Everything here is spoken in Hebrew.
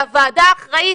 שהוועדה אחראית,